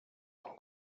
ton